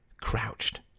crouched